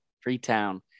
Freetown